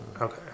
Okay